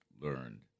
learned